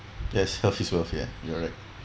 yes health is wealth yeah you're right